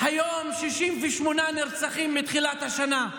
היום 68 נרצחים מתחילת השנה,